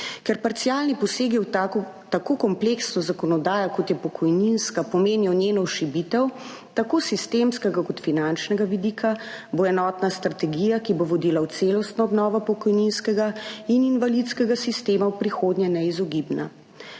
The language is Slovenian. Ker parcialni posegi v tako kompleksno zakonodajo, kot je pokojninska, pomenijo njeno šibitev, tako sistemskega kot finančnega vidika, bo enotna strategija, ki bo vodila v celostno obnovo pokojninskega in invalidskega sistema, v prihodnje neizogibna.